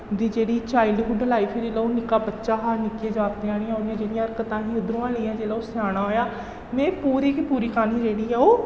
दी जेह्ड़ी childhood life ऐ जिसलै ओह् निक्का बच्चा हा निक्के जागतें आहलियां ओह्दियां जेह्ड़ियां हरकतां ही उद्धरु गी लेइयै जिसलै ओह् स्याना होएआ में पूरी कि पूरी क्हानी जेह्ड़ी ओह्